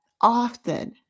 often